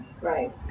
Right